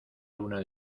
luna